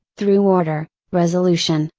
through order, resolution,